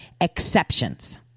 exceptions